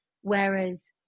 whereas